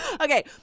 Okay